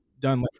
done